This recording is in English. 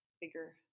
bigger